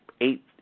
eight